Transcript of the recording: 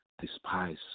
Despise